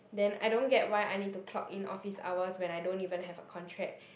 then I don't get why I need to clock in office hours when I don't even have a contract